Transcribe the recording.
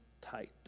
tight